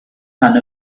son